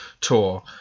tour